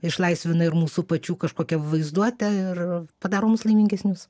išlaisvina ir mūsų pačių kažkokią vaizduotę ir padaro mus laimingesnius